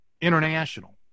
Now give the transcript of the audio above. international